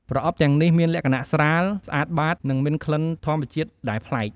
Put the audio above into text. ប្រអប់ទាំងនេះមានលក្ខណៈស្រាល ស្អាតបាត និងមានក្លិនធម្មជាតិដែលប្លែក។